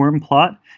plot